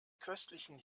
köstlichen